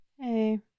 Hey